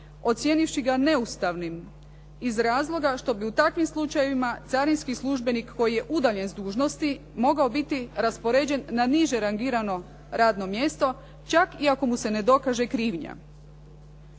ocijenivši ga neustavnim iz razloga što bi u takvim slučajevima carinski službenik koji je udaljen s dužnosti mogao biti raspoređen na niže rangirano radno mjesto čak i ako mu se ne dokaže krivnja.